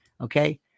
Okay